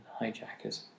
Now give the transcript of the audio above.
hijackers